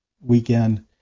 weekend